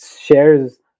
shares